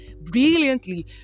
brilliantly